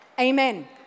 Amen